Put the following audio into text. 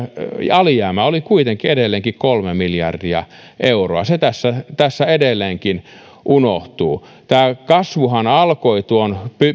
alijäämä oli kuitenkin edelleenkin kolme miljardia euroa se tässä tässä edelleenkin unohtuu kasvuhan alkoi tuon